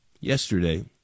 yesterday